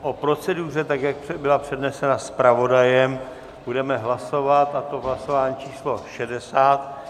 O proceduře, tak jak byla přednesena zpravodajem, budeme hlasovat, a to v hlasování číslo 60.